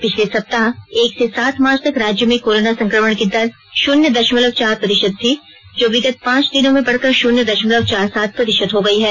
पिछले सप्ताह एक से सात मार्च तक राज्य में कोरोना संकमण की दर शुन्य दशमलव चार प्रतिशत थी जो विगत पांच दिनों में बढ़कर शुन्य दशमलव चार सात प्रतिशत हो गई है